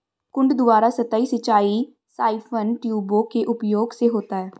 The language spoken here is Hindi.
कुंड द्वारा सतही सिंचाई साइफन ट्यूबों के उपयोग से होता है